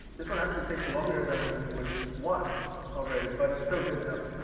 this one actually takes longer than you would want already, but it's still good enough.